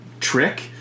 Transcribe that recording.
trick